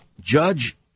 Judge